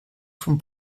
von